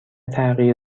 تغییر